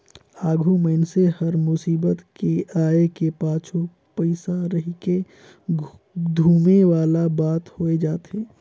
आघु मइनसे हर मुसीबत के आय के पाछू पइसा रहिके धुमे वाला बात होए जाथे